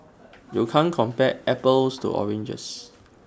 you can't compare apples to oranges